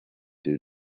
due